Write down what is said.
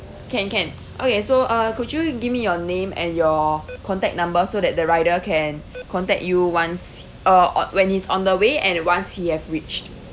can can okay so uh could you give me your name and your contact number so that the rider can contact you once uh o~ when he's on the way and once he have reached